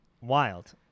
Wild